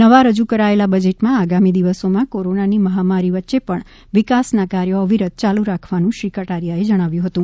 નવા રજૂ કરાયેલા બજેટમાં આગામી દિવસોમાં કોરોનાની મહામારી વચ્ચે પણ વિકાસના કાર્યો અવિરત ચાલુ રાખવાનું શ્રી કટારિયાએ જણાવ્યું હતું